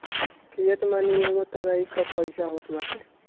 fiat money एगो तरही कअ पईसा होत बाटे